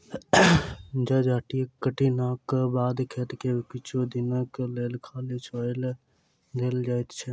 जजाति कटनीक बाद खेत के किछु दिनक लेल खाली छोएड़ देल जाइत छै